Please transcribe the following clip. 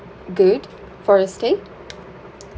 good for the stay